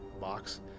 box